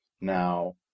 now